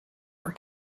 for